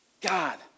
God